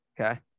okay